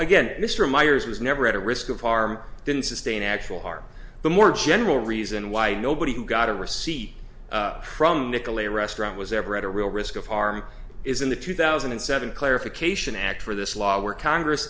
again mr meyers was never at risk of harm didn't sustain actual are the more general reason why nobody who got a receipt from nickel a restaurant was ever at a real risk of harm is in the two thousand and seven clarification act for this law where congress